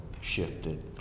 shifted